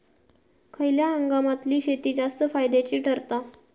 खयल्या हंगामातली शेती जास्त फायद्याची ठरता?